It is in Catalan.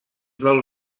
del